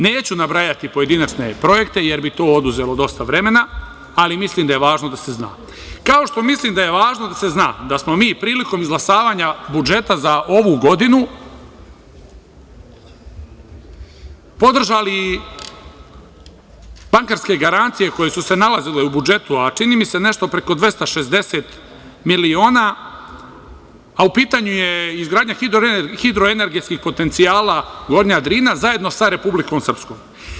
Neću nabrajati pojedinačne projekte jer bi to oduzelo dosta vremena, ali mislim da je važno da se zna, kao što mislim da je važno da se zna da smo mi prilikom izglasavanja budžeta za ovu godinu podržali bankarske garancije koje su se nalazile u budžetu, a čini mi se nešto preko 260 miliona, a u pitanju je izgradnja hidroenergetskih potencijala Gornja Drina, zajedno sa Republikom Srpskom.